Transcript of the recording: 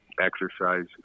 exercise